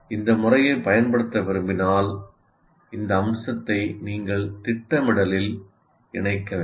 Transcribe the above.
இந்த முறையைப் பயன்படுத்த விரும்பினால் இந்த அம்சத்தை நீங்கள் திட்டமிடலில் இணைக்க வேண்டும்